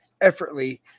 effortlessly